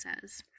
says